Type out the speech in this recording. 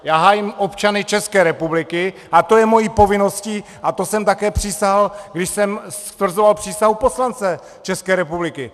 Já hájím občany České republiky a to je mojí povinností a to jsem také přísahal, když jsem stvrzoval přísahu poslance České republiky.